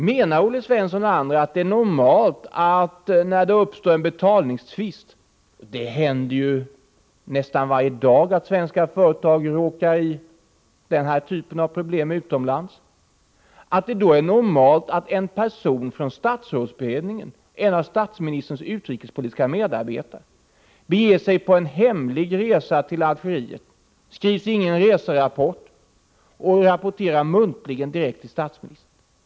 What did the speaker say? Menar Olle Svensson och andra att det är normalt att en person från statsrådsberedningen, en av statsministerns utrikespolitiska medarbetare, när det uppstår en betalningstvist — det händer ju ofta att svenska företag råkar ut för denna typ av problem utomlands — beger sig på en hemlig resa till landet i fråga? Det skrivs ingen reserapport, utan medarbetaren rapporterar muntligen direkt till statsministern.